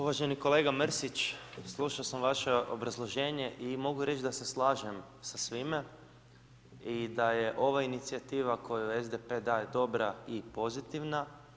Uvaženi kolega Mrsić, slušao sam vaše obrazloženje i mogu reći da se slažem sa svime i da je ova inicijativa koju SDP daje dobra i pozitivna.